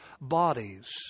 bodies